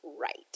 right